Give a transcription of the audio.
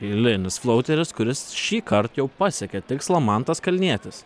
eilinis flauteris kuris šįkart jau pasiekia tikslą mantas kalnietis